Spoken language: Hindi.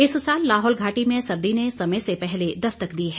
इस साल लाहौल घाटी में सर्दी ने समय से पहले दस्तक दी है